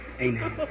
Amen